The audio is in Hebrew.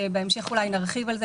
שבהמשך אולי נרחיב עליהם,